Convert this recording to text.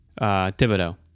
Thibodeau